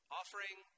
offering